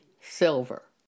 silver